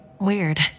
weird